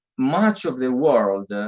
much of the world